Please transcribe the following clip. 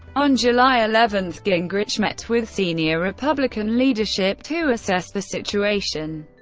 on july eleven, gingrich met with senior republican leadership to assess the situation.